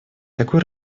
такой